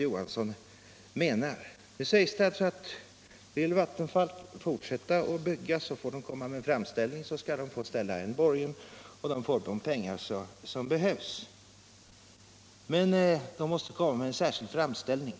Statsrådet säger att om Vattenfall vill fortsätta bygga får verket komma med en framställning, och då får det ställa borgen för de pengar som behövs. Man måste alltså komma med en särskild framställning.